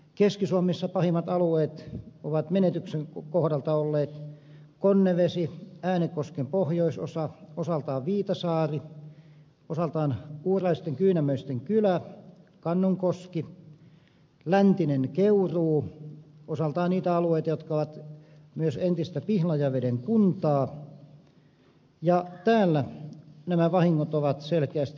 keski suomessa pahimmat alueet ovat menetysten kohdalta olleet konnevesi äänekosken pohjoisosa osaltaan viitasaari osaltaan uuraisten kyynämöisten kylä kannonkoski läntinen keuruu osaltaan niitä alueita jotka ovat myös entistä pihlajaveden kuntaa ja täällä nämä vahingot ovat selkeästi nähtävissä